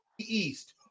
East